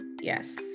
Yes